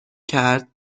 کرد